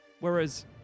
Whereas